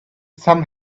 some